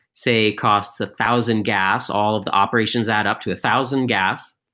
say, costs a thousand gas, all of the operations add up to a thousand gas,